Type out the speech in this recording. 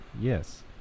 Yes